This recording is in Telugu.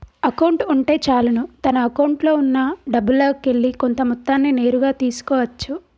అకౌంట్ ఉంటే చాలును తన అకౌంట్లో ఉన్నా డబ్బుల్లోకెల్లి కొంత మొత్తాన్ని నేరుగా తీసుకో అచ్చు